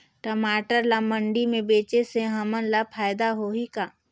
टमाटर ला मंडी मे बेचे से हमन ला फायदा होही का?